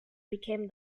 became